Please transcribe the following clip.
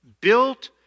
built